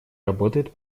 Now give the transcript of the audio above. работает